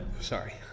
sorry